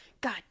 God